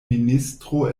ministro